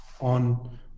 on